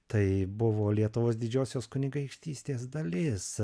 tai buvo lietuvos didžiosios kunigaikštystės dalis